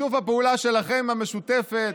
שיתוף הפעולה שלכם עם המשותפת,